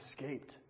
escaped